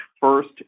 first